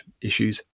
issues